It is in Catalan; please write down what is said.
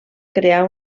crear